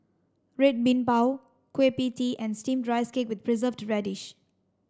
red bean Bao Kueh pie tee and steamed rice cake with preserved radish